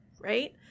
right